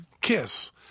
Kiss